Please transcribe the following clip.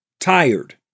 tired